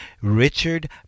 Richard